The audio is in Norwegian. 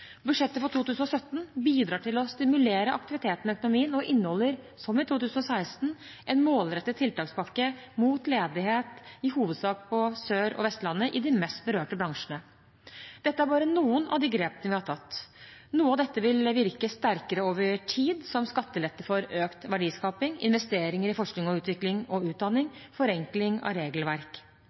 Budsjettet for 2017 bidrar til å stimulere aktiviteten i økonomien og inneholder, som i 2016, en målrettet tiltakspakke mot ledighet, i hovedsak på Sør- og Vestlandet og i de mest berørte bransjene. Dette er bare noen av de grepene vi har tatt. Noe av dette vil virke sterkere over tid, som skattelette for økt verdiskaping, investeringer i forskning, utvikling og utdanning, og forenkling av regelverk.